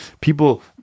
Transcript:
people